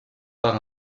par